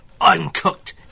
uncooked